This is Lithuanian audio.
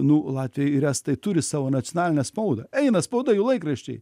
nu latviai ir estai turi savo nacionalinę spaudą eina spauda jų laikraščiai